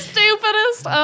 Stupidest